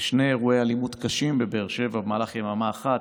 שני אירועי אלימות קשים בבאר שבע במהלך יממה אחת,